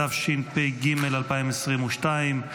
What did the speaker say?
התשפ"ג 2023,